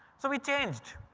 so we changed,